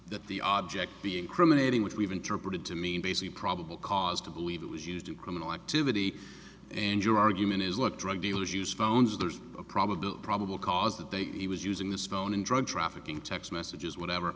that the object be incriminating which we've interpreted to mean basically probable cause to believe it was used to criminal activity and your argument is look drug dealers use phones there's a probable probable cause that they could he was using this phone in drug trafficking text messages whatever